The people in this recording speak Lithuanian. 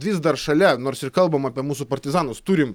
vis dar šalia nors ir kalbam apie mūsų partizanus turim